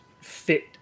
fit